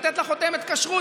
לתת לה חותמת כשרות,